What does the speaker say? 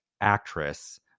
actress